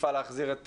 הדחיפה להחזיר את